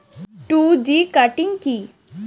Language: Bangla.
টু জি কাটিং কি?